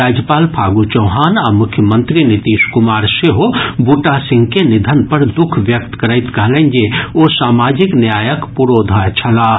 राज्यपाल फागू चौहान आ मुख्यमंत्री नीतीश कुमार सेहो बूटा सिंह के निधन पर दुःख व्यक्त करैत कहलनि जे ओ सामाजिक न्यायक पुरोधा छलाह